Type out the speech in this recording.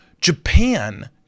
Japan